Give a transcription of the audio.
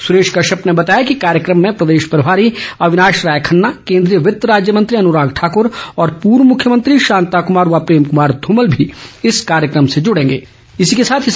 सुरेश कश्यप ने बताया कि कार्यक्रम में प्रदेश प्रभारी अविनाश राय खन्ना केन्द्रीय वित्त राज्य मंत्री अनुराग ठाकुर और पूर्व मुख्यमंत्री शांता कुमार व प्रेम कुमार धूमल भी इस कार्यक्रम में जुड़ेंगे